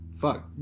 fuck